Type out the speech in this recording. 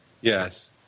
Yes